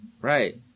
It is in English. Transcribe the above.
Right